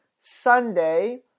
Sunday